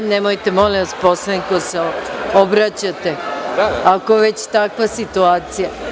Nemojte, molim vas, poslaniku da se obraćate, ako je već takva situacija.